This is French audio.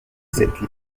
cette